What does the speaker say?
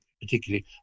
Particularly